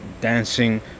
dancing